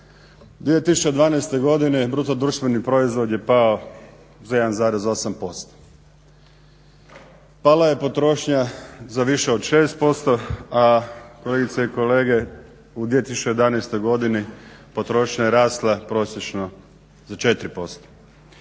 2012. godine bruto društveni proizvod je pao za 1,8%. Pala je potrošnja za više od 6%, a kolegice i kolege u 2011. godini potrošnja je rasla prosječno za 4%.